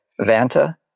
Vanta